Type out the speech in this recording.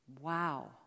Wow